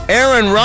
Aaron